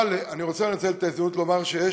אבל אני רוצה לנצל את ההזדמנות ולומר שיש